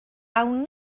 awn